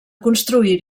construir